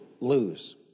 lose